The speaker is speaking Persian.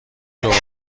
دوباره